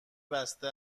بسته